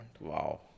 Wow